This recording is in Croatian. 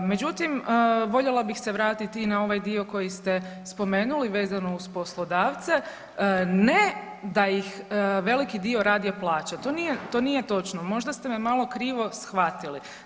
Međutim, voljela bih se vratiti i na ovaj dio koji ste spomenuli vezano uz poslodavce, ne da ih veliki dio radije plaća to nije točno, možda ste me malo krivo shvatili.